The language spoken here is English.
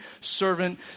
servant